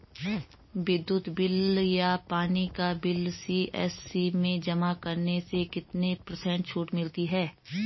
विद्युत बिल या पानी का बिल सी.एस.सी में जमा करने से कितने पर्सेंट छूट मिलती है?